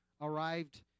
arrived